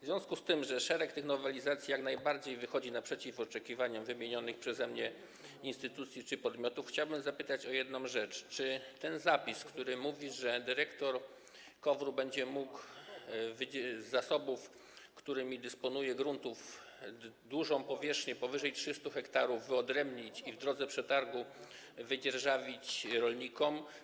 W związku z tym, że szereg tych nowelizacji jak najbardziej wychodzi naprzeciw oczekiwaniom wymienionych przeze mnie instytucji czy podmiotów, chciałbym zapytać o jedną rzecz, o ten zapis, który mówi, że dyrektor KOWR-u będzie mógł z zasobów gruntów, którymi dysponuje, dużą powierzchnię, powyżej 300 ha, wyodrębnić i w drodze przetargu wydzierżawić rolnikom.